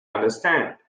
understand